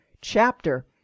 chapter